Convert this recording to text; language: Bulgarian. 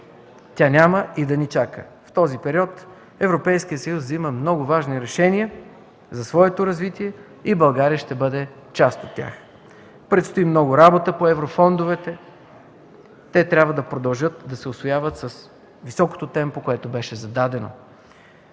тя няма и да ни чака. В този период Европейският съюз взема много важни решения за своето развитие и България ще бъде част от тях. Предстои много работа по еврофондовете. Те трябва да продължат да се усвояват с високото темпо, което беше зададено.